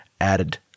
added